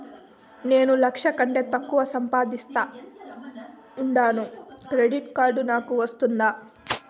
నేను లక్ష కంటే తక్కువ సంపాదిస్తా ఉండాను క్రెడిట్ కార్డు నాకు వస్తాదా